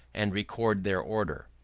and record their order.